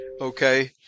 Okay